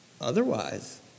Otherwise